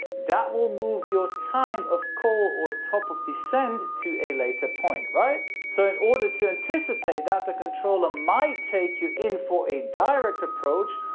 that would move your time of call, or top of descent, to a later point, right? so in order to anticipate that the controller might take you in for a direct apporach,